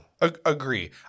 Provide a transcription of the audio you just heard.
Agree